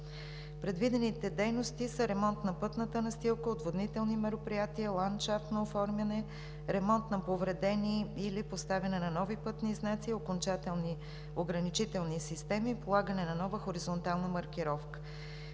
Предвидените дейности са: ремонт на пътната настилка, отводнителни мероприятия, ландшафтно оформяне, ремонт на повредени или поставяне на нови пътни знаци, окончателни ограничителни системи, полагане на нова хоризонтална маркировка.